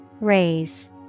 Raise